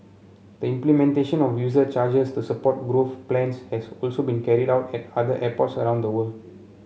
the implementation of user charges to support growth plans has also been carried out at other airports around the world